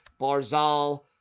Barzal